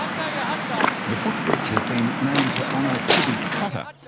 and yeah ah um the footbridge has been named to honour tibby cotter,